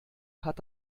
hat